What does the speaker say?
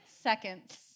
seconds